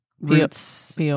Root's